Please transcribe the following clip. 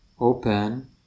open